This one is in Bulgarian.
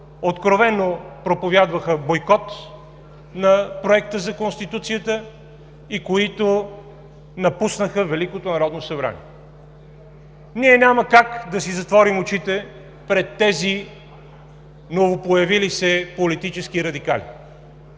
откровено проповядваха бойкот на проекта за Конституцията и които напуснаха Великото народно събрание. Ние няма как да си затворим очите пред тези новопоявили се политически радикали.